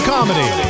Comedy